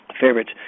favorites